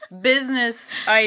business